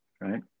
right